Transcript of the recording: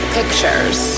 pictures